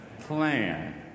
plan